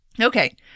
okay